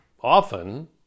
often